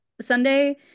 sunday